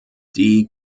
die